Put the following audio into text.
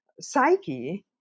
psyche